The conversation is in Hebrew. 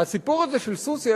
הסיפור הזה של סוסיא,